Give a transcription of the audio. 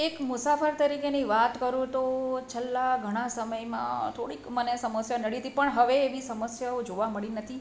એક મુસાફર તરીકેની વાત કરું તો છેલ્લા ઘણા સમયમાં થોડીક મને સમસ્યા નડી હતી પણ હવે એવી સમસ્યાઓ જોવા મળી નથી